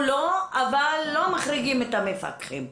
אבל לא מחריגים את המפקחים.